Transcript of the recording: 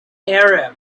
arab